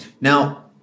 Now